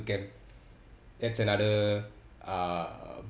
camp that's another uh